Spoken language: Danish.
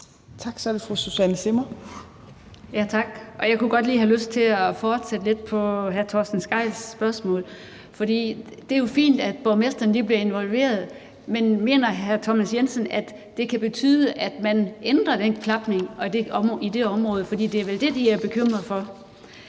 Kl. 18:58 Susanne Zimmer (FG): Tak. Jeg kunne godt lige have lyst til at fortsætte lidt med hr. Torsten Gejls spørgsmål. Det er jo fint, at borgmestrene bliver involveret, men mener hr. Thomas Jensen, at det kan betyde, at man ændrer den klapning i det område? For det er vel det, de er bekymret for.